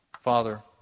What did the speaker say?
Father